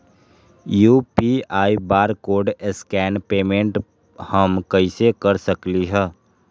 UPI barcode scan payment हम कईसे कर सकली ह?